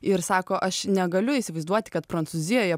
ir sako aš negaliu įsivaizduoti kad prancūzijoje